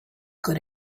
good